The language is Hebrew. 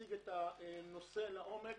להציג את הנושא לעומק.